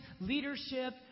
leadership